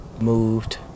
moved